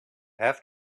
have